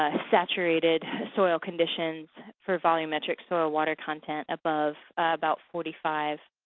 ah saturated soil conditions for volumetric soil water content above about forty five.